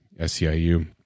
SEIU